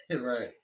Right